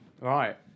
right